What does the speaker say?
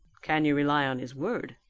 can you rely on his word?